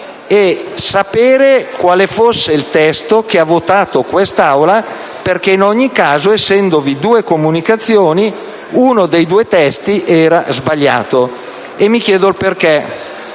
e quale sia il testo che ha votato quest'Assemblea, perché in ogni caso, essendovi due comunicazioni, uno dei due testi era sbagliato, e mi chiedo perché.